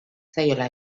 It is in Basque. zaiola